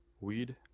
weed